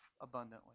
abundantly